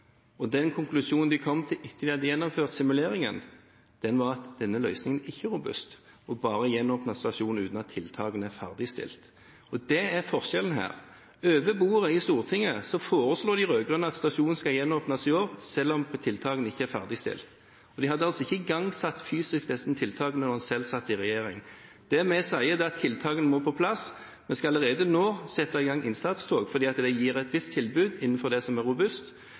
robuste.» Den konklusjonen de kom til etter at de hadde gjennomført simuleringen, var at denne løsningen ikke er robust, altså bare å gjenåpne stasjonen uten at tiltakene er ferdigstilt. Det er forskjellen her. Over bordet i Stortinget foreslår de rød-grønne at stasjonen skal gjenåpnes i år, selv om tiltakene ikke er ferdigstilt. De hadde altså ikke igangsatt fysisk disse tiltakene da de selv satt i regjering. Det vi sier, er at tiltakene må på plass. Vi skal allerede nå sette inn innsatstog, fordi det gir et visst tilbud innenfor det som er robust.